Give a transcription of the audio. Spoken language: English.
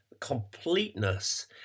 completeness